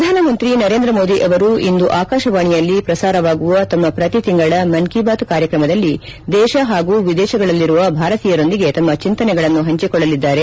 ಪ್ರಧಾನಮಂತ್ರಿ ನರೇಂದ್ರ ಮೋದಿ ಅವರು ಇಂದು ಆಕಾಶವಾಣಿಯಲ್ಲಿ ಪ್ರಸಾರವಾಗುವ ತಮ್ಮ ಪ್ರತಿ ತಿಂಗಳ ಮನ್ ಕೀ ಬಾತ್ ಕಾರ್ಯಕ್ರಮದಲ್ಲಿ ದೇಶ ಹಾಗೂ ವಿದೇಶಗಳಲ್ಲಿರುವ ಭಾರತೀಯರೊಂದಿಗೆ ತಮ್ಮ ಚೆಂತನೆಗಳನ್ನು ಹಂಚಿಕೊಳ್ಳಲಿದ್ದಾರೆ